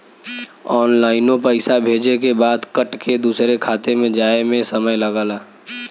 ऑनलाइनो पइसा भेजे के बाद कट के दूसर खाते मे जाए मे समय लगला